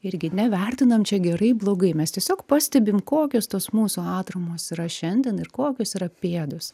irgi nevertinam čia gerai blogai mes tiesiog pastebim kokios tos mūsų atramos yra šiandien ir kokios yra pėdos